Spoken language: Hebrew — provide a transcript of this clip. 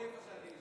הקואליציה בסכנה.